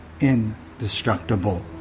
indestructible